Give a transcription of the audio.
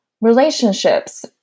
relationships